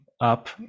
up